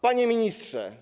Panie Ministrze!